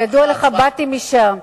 כידוע לך באתי משם,